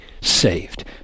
saved